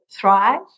thrive